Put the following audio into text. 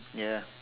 ya